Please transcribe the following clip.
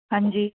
ਹਾਂਜੀ